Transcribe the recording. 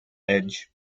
edge